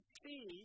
see